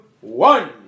one